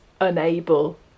unable